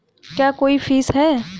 क्या कोई फीस है?